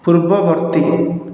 ପୂର୍ବବର୍ତ୍ତୀ